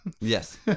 yes